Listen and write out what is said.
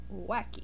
wacky